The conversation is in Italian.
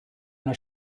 una